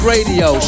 Radio